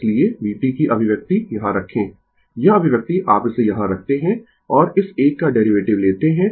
इसलिए vt की अभिव्यक्ति यहां रखें यह अभिव्यक्ति आप इसे यहां रखते है और इस एक का डेरीवेटिव लेते है